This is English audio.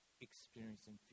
experiencing